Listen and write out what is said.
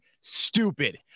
stupid